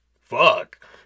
fuck